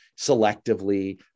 selectively